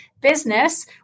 business